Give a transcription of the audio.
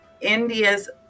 India's